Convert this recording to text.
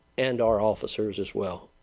and our officers as well.